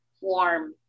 warm